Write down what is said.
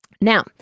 Now